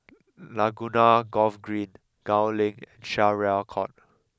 Laguna Golf Green Gul Link Syariah Court